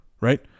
right